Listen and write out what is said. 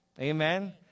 Amen